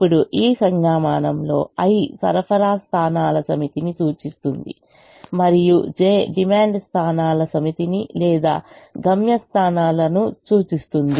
ఇప్పుడు ఈ సంజ్ఞామానం లో 'i' సరఫరా పాయింట్ల సమితిని సూచిస్తుంది మరియు 'j' డిమాండ్ స్థానాల సమితిని లేదా గమ్యం స్థానాలను సూచిస్తుంది